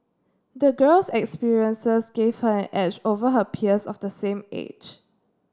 the girl's experiences gave her an edge over her peers of the same age